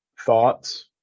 Thoughts